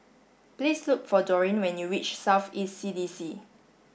please look for Doreen when you reach South East C D C